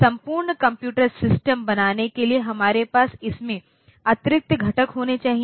संपूर्ण computer system बनाने के लिए हमारे पास इसमें अतिरिक्त घटक होने चाहिए